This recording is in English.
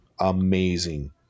Amazing